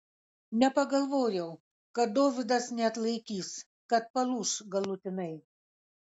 nepagalvojau kad dovydas neatlaikys kad palūš galutinai